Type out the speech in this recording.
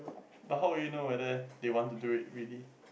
but how would you know whether they want to do it really